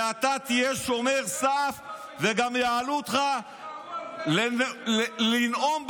ואתה תהיה שומר סף וגם יעלו אותך לנאום בהפגנות.